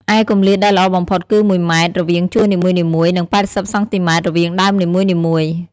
ឯគម្លាតដែលល្អបំផុតគឺ ១ ម៉ែត្រ រវាងជួរនីមួយៗ និង ៨០ សង់ទីម៉ែត្រ រវាងដើមនីមួយៗ។